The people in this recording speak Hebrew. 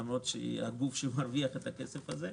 למרות שהיא הגוף שמרוויח את הכסף הזה,